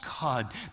God